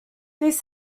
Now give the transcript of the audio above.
these